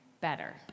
better